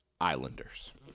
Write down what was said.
Islanders